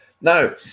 now